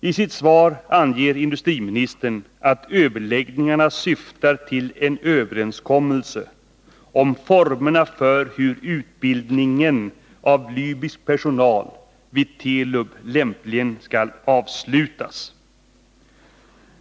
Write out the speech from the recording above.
I sitt svar anger industriministern att överläggningarna syftar till Nr 157 överenskommelse om formerna för hur utbildningen av libysk personal vid Telub lämpligen skall avslutas.